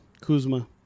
Kuzma